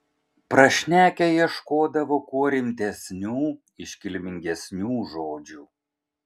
prašnekę ieškodavo kuo rimtesnių iškilmingesnių žodžių